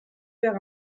faire